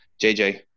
JJ